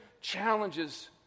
challenges